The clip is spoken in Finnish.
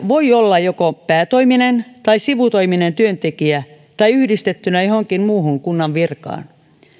voi olla joko päätoiminen tai sivutoiminen työntekijä tai yhdistettynä johonkin muuhun kunnan virkaan